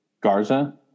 Garza